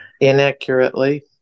Inaccurately